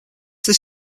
this